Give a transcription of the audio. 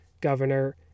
Governor